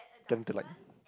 them to like